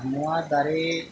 ᱟᱨ ᱱᱚᱣᱟ ᱫᱟᱨᱮ